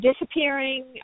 disappearing